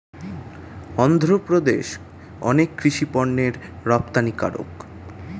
অন্ধ্রপ্রদেশ অনেক কৃষি পণ্যের রপ্তানিকারক